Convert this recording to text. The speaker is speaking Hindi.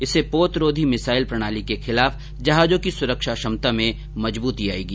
इससे पोत रोधी मिसाइल प्रणाली के खिलाफ जहाजों की सुरक्षा क्षमता में मजबूती आयेगी